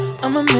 I'ma